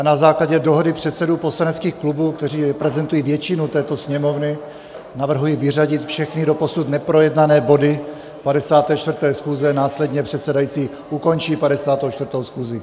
Na základě dohody předsedů poslaneckých klubů, kteří prezentují většinu této Sněmovny, navrhuji vyřadit všechny doposud neprojednané body 54. schůze, následně předsedající ukončí 54. schůzi.